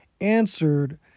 answered